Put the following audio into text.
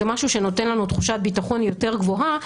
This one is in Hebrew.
זה משהו שנותן לנו תחושת ביטחון יותר גבוהה,